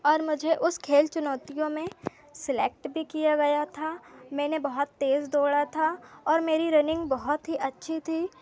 और मुझे उस खेल चुनौतियों में स्लेक्ट भी किया गया था मैंने बहुत तेज़ दौड़ा था और मेरी रनिंग बहुत अच्छी थी